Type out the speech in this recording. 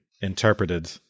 interpreted